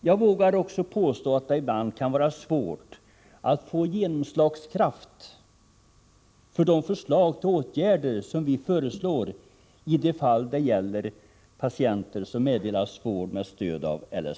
Jag vågar också påstå att det ibland kan vara svårt att få genomslagskraft för de förslag till åtgärder som vi lägger fram i de fall det gäller patienter som meddelas vård med stöd av LSPV.